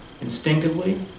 instinctively